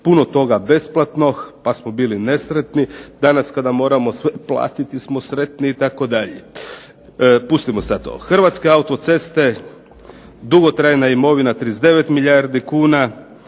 puno toga besplatnog pa smo bili nesretni, danas kada moramo sve platiti smo sretni itd. Pustimo sada to. Hrvatske autoceste, dugotrajna imovina 39 milijardi kuna,